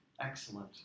Excellent